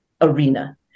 arena